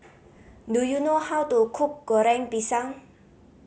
do you know how to cook Goreng Pisang